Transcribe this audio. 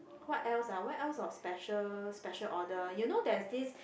what else ah what else of special special order you know there's this